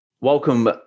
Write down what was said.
Welcome